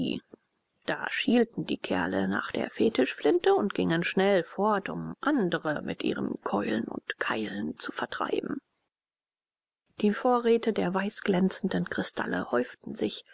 da schielten die kerle nach der fetischflinte und gingen schnell fort um andre mit ihren keulen und keilen zu vertreiben die vorräte der weiß glänzenden kristalle häuften sich